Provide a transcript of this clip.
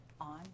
on